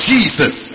Jesus